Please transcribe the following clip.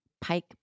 Pike